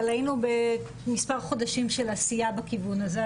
אבל היינו מספר חודשים של עשייה בכיוון הזה.